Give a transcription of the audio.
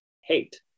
hate